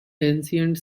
ancient